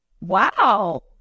wow